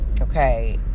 okay